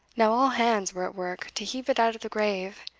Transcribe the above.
now all hands were at work to heave it out of the grave,